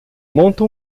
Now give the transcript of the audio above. monta